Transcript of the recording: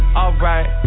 alright